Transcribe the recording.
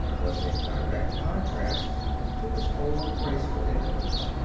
was in direct contrast to his old, graceful indolence.